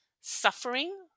suffering